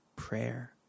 prayer